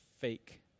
fake